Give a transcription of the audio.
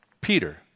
Peter